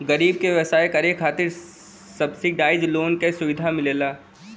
गरीब क व्यवसाय करे खातिर सब्सिडाइज लोन क सुविधा मिलला